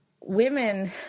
women